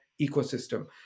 ecosystem